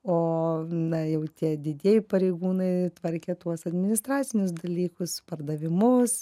o na jau tie didieji pareigūnai tvarkė tuos administracinius dalykus pardavimus